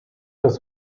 das